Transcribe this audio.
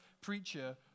preacher